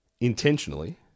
intentionally